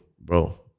bro